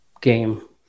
game